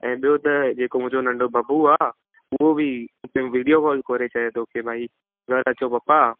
ऐं ॿियो त जेको मुंहिंजो नंढो बबू आहे उहो बि विडियो कोल करे चए थो की भई घरु अचो पप्पा